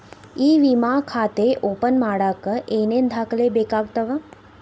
E ವಿಮಾ ಖಾತೆ open ಮಾಡಕ ಏನೇನ್ ದಾಖಲೆ ಬೇಕಾಗತವ